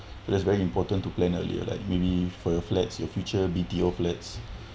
that's very important to plan earlier like maybe for your flats your future B_T_O flats